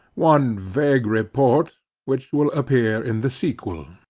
one vague report which will appear in the sequel.